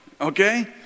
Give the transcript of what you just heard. okay